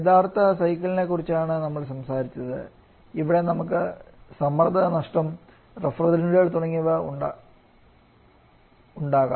യഥാർത്ഥ സൈക്കിളിനെക്കുറിച്ചാണ് നമ്മൾ സംസാരിച്ചത് ഇവിടെ നമുക്ക് മർദ്ദ നഷ്ടം റഫ്രിജറന്റുകൾ തുടങ്ങിയവ ഉണ്ടാകാം